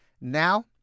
now